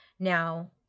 Now